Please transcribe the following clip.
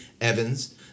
Evans